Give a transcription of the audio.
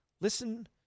Listen